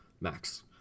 Max